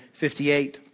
58